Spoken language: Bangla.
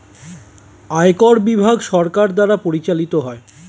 আয়কর বিভাগ সরকার দ্বারা পরিচালিত হয়